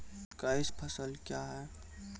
Cash फसल क्या हैं?